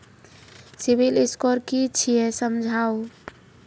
Civil score कि छियै समझाऊ?